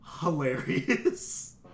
hilarious